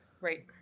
Right